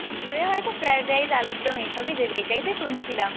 দুপুরে হয়তো fried rice আলুর দম এসবই দেবে এটাই তো শুনছিলাম